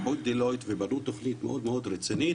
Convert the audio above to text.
לקחו את "דלויט" ובנו תוכנית מאוד מאוד רצינית.